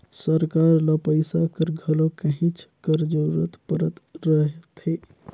सरकार ल पइसा कर घलो कहेच कर जरूरत परत रहथे